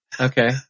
Okay